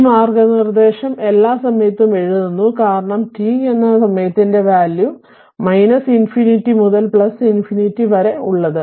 ഈ മാർഗ്ഗനിർദ്ദേശം എല്ലാ സമയത്തും എഴുതുന്നു കാരണം 't' എന്ന സമയത്തിന്റെ വാല്യൂ '∞' മുതൽ '∞'വരെ ഉള്ളത്